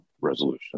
resolution